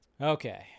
Okay